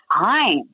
time